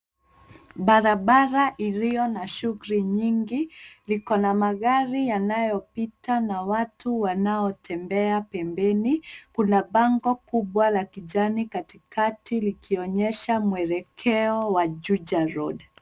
Barabara iliyo na shughuli nyingi, liko na magari yanayopita na watu wanaotembea pembeni. Kuna bango kubwa la kijani katikati likionyesha muekekeo wa juja road.